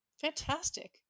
Fantastic